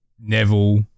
Neville